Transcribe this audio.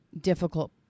difficult